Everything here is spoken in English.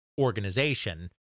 organization